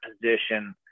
position